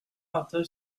partage